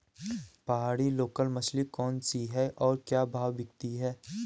पहाड़ी लोकल मछली कौन सी है और क्या भाव बिकती है?